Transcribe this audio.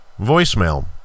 voicemail